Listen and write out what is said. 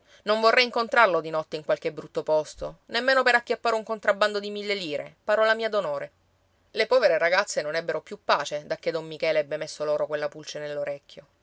non vorrei incontrarlo di notte in qualche brutto posto nemmeno per acchiappare un contrabbando di mille lire parola mia d'onore le povere ragazze non ebbero più pace dacché don michele ebbe messo loro quella pulce